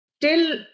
till